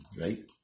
right